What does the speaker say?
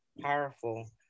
powerful